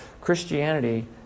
Christianity